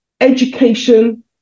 education